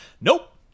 Nope